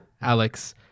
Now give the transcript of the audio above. Alex